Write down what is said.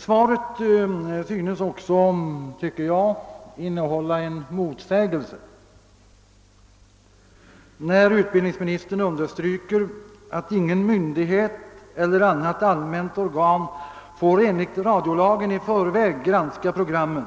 Svaret synes mig också innehålla en motsägelse, när utbildningsministern understryker att ingen myndighet eller annat allmänt organ enligt radiolagen får i förväg granska programmen,